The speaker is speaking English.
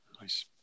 Nice